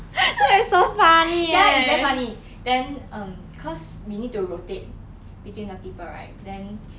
ya it's damn funny then um cause we need to rotate between the people right then